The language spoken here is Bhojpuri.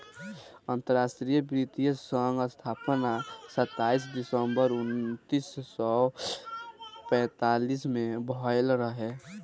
अंतरराष्ट्रीय वित्तीय संघ स्थापना सताईस दिसंबर उन्नीस सौ पैतालीस में भयल रहे